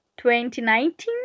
2019